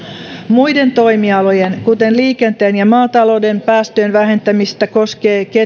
muiden toimialojen kuten liikenteen ja maatalouden päästöjen vähentämistä koskee